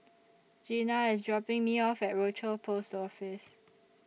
Gena IS dropping Me off At Rochor Post Office